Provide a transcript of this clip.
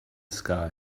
sky